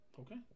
Okay